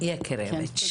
יקירביץ',